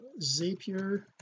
Zapier